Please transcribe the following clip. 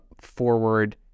forward